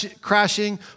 crashing